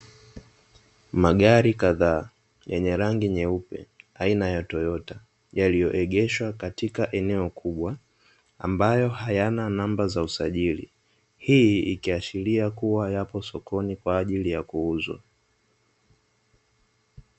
Magari kadhaa yenye rangi nyeupe aina ya "TOYOTA" yaliyoegeshwa katika eneo kubwa, ambayo hayana namba ya usajili, hii ikiashiria kuwa yapo sokoni kwa ajili ya kuuzwa.